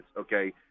okay